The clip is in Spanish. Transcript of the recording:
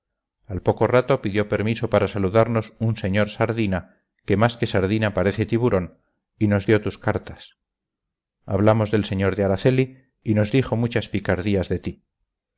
al poco rato pidió permiso para saludarnos un señor sardina que más que sardina parece tiburón y nos dio tus cartas hablamos del señor de araceli y nos dijo muchas picardías de ti